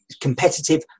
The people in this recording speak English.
competitive